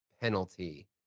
penalty